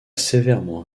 sévèrement